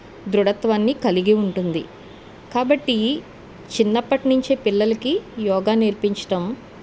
దృఢత్వాన్ని కలిగి ఉంటుంది కాబట్టి చిన్నప్పటి నుంచే పిల్లలకి యోగా నేర్పించటం